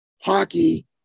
hockey